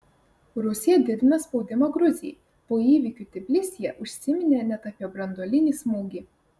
rusija didina spaudimą gruzijai po įvykių tbilisyje užsiminė net apie branduolinį smūgį